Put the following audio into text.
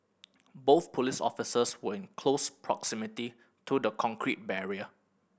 both police officers were in close proximity to the concrete barrier